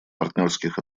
партнерских